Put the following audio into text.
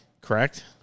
correct